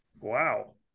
wow